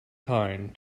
kind